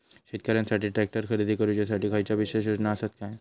शेतकऱ्यांकसाठी ट्रॅक्टर खरेदी करुच्या साठी खयच्या विशेष योजना असात काय?